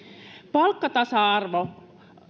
palkkatasa arvo